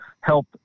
help